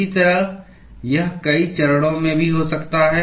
इसी तरह यह कई चरणों में भी हो सकता है